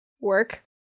Work